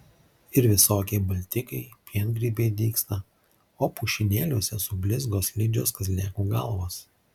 ir visokie baltikai piengrybiai dygsta o pušynėliuose sublizgo slidžios kazlėkų galvos